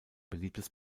beliebtes